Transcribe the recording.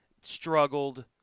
struggled